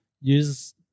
use